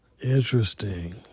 Interesting